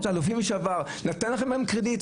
נתנו לכם קרדיט,